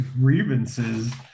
Grievances